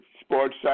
sports